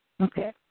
Okay